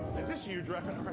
is this you driving